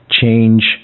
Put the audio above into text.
change